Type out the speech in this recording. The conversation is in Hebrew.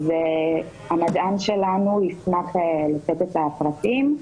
אז המדען שלנו ישמח לתת את הפרטים.